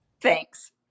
Thanks